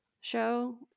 show